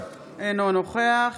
אינו נוכח